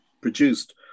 produced